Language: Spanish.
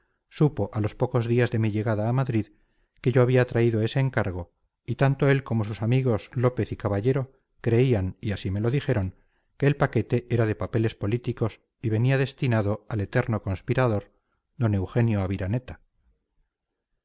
supo a los pocos días de mi llegada a madrid que yo había traído ese encargo y tanto él como sus amigos lópez y caballero creían y así me lo dijeron que el paquete era de papeles políticos y venía destinado al eterno conspirador d eugenio aviraneta